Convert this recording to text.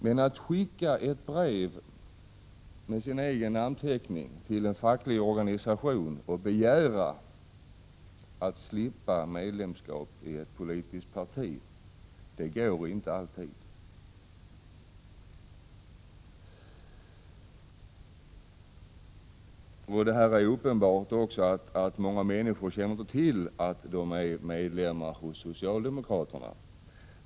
Men att skicka ett brev med sin egen namnteckning till en facklig organisation och begära att slippa medlemskap i ett politiskt parti, det går inte alltid. Det är också uppenbart att många människor inte känner till att de är medlemmar hos socialdemokraterna.